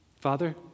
Father